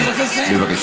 אני רוצה לסיים.